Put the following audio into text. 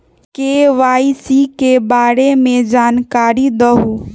KYC के बारे में जानकारी दहु?